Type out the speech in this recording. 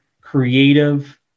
creative